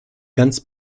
ganz